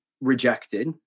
rejected